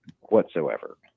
whatsoever